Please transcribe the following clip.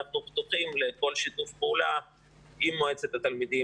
אנחנו פתוחים לכל שיתוף פעולה עם מועצת התלמידים